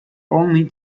only